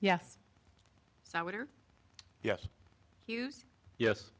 yes yes yes